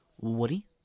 Woody